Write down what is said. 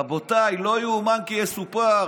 רבותיי, לא יאומן כי יסופר.